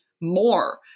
more